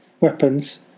weapons